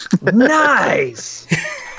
nice